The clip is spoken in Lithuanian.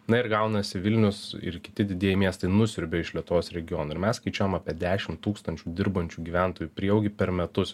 na ir gaunasi vilnius ir kiti didieji miestai nusiurbia iš lietuvos regionų ir mes skaičiuojam apie dešim tūkstančių dirbančių gyventojų prieaugį per metus